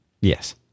Yes